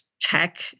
tech